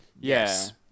Yes